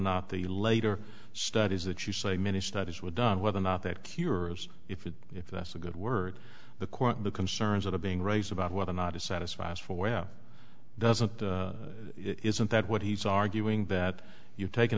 not the later studies that you say many studies were done whether or not that cures it if that's a good word the court the concerns that are being raised about whether or not is satisfied for well doesn't it isn't that what he's arguing that you've taken